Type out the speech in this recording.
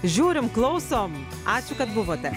žiūrime klausom ačiū kad buvote